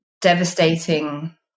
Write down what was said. devastating